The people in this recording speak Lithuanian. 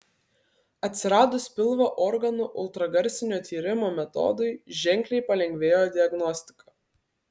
atsiradus pilvo organų ultragarsinio tyrimo metodui ženkliai palengvėjo diagnostika